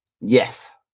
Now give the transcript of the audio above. Yes